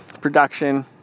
production